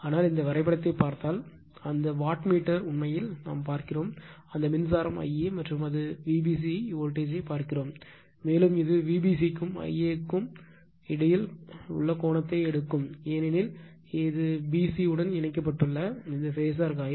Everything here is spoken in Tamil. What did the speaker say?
ஆனால் இந்த வரைபடத்தைப் பார்த்தால் அந்த வாட் மீட்டர் உண்மையில் பார்க்கிறோம் அந்த மின்சாரம் Ia மற்றும் அது Vbc ஐ வோல்டேஜ் யைப் பார்க்கிறோம் மேலும் இது Vbc க்கும் Ia க்கும் இடையில் கோணத்தை எடுக்கும் ஏனெனில் இது பி சி உடன் இணைக்கப்பட்டுள்ள இந்த ஃபாசர் காயில்